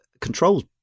controls